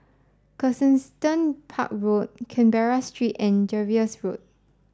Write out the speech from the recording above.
Park Road Canberra Street and Jervois Road